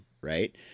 right